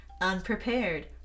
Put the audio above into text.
Unprepared